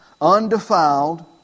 undefiled